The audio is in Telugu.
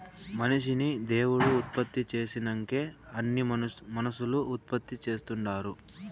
మనిషిని దేవుడు ఉత్పత్తి చేసినంకే అన్నీ మనుసులు ఉత్పత్తి చేస్తుండారు